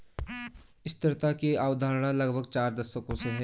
स्थिरता की अवधारणा लगभग चार दशकों से है